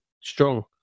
strong